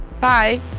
Bye